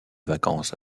vacances